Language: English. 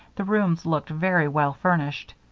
the rooms looked very well furnished.